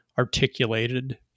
articulated